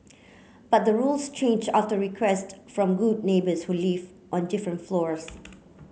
but the rules changed after request from good neighbours who lived on different floors